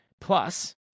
Plus